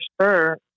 sure